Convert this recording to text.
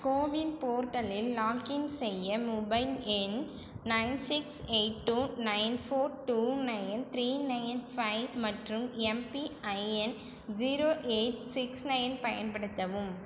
CoWIN போர்ட்டலில் login செய்ய mobile எண் nine six eight two nine four two nine three nine five மற்றும் MPIN zero eight six nine பயன்படுத்தவும்